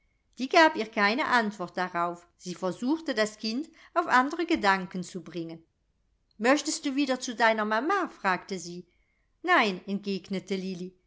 die gab ihr keine antwort darauf sie versuchte das kind auf andre gedanken zu bringen möchtest du wieder zu deiner mama fragte sie nein entgegnete